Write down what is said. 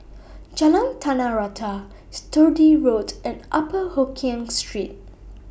Jalan Tanah Rata Sturdee Road and Upper Hokkien Street